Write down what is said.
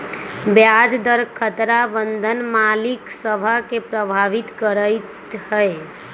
ब्याज दर खतरा बन्धन मालिक सभ के प्रभावित करइत हइ